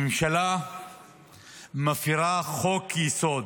הממשלה מפירה חוק-יסוד,